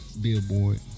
Billboard